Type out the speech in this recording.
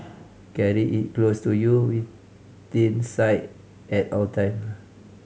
carry it close to you within sight at all time